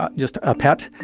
ah just a pet.